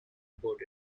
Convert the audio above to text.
report